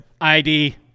ID